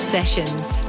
Sessions